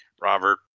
Robert